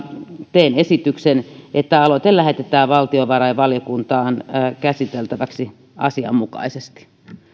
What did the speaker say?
teen esityksen että aloite lähetetään valtiovarainvaliokuntaan käsiteltäväksi asianmukaisesti